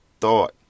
thought